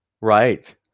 Right